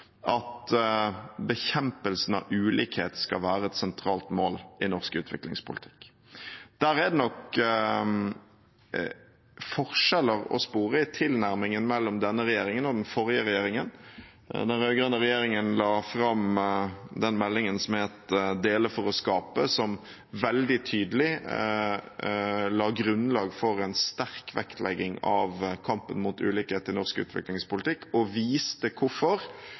at bekjempelsen av ulikhet skal være et sentralt mål i norsk utviklingspolitikk. Der er det nok forskjeller å spore i tilnærmingen mellom denne regjeringen og den forrige regjeringen. Den rød-grønne regjeringen la fram den meldingen som het Dele for å skape, som veldig tydelig la grunnlag for en sterk vektlegging i norsk utviklingspolitikk av kampen mot ulikhet, og viste hvorfor